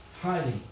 Highly